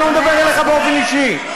אני לא מדבר אליך באופן אישי,